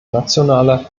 nationale